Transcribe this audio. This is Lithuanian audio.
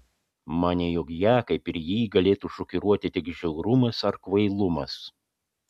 manė jog ją kaip ir jį galėtų šokiruoti tik žiaurumas ar kvailumas